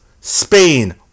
Spain